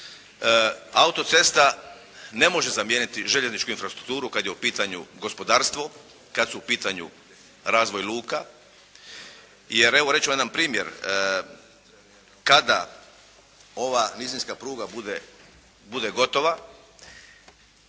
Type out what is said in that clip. Autocesta ne može zamijeniti željezničku infrastrukturu kada je u pitanju gospodarstvo, kada su u pitanju razvoj luka. Jer evo, reći ću vam jedan primjer, kada ova nizinska pruga bude gotova